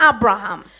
Abraham